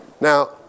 Now